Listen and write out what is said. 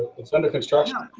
it's under construction.